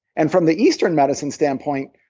and from the eastern medicine standpoint,